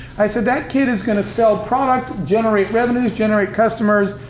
i said, that kid is gonna sell product, generate revenues, generate customers,